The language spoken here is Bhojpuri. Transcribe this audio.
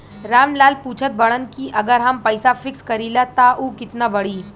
राम लाल पूछत बड़न की अगर हम पैसा फिक्स करीला त ऊ कितना बड़ी?